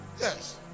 Yes